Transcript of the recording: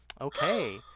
okay